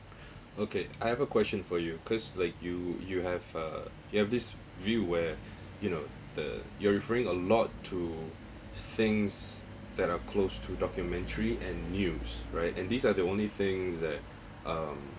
okay I have a question for you cause like you you have uh you have this view where you know the you are referring a lot to things that are close to documentary and news right and these are the only things that um